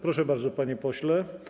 Proszę bardzo, panie pośle.